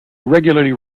regularly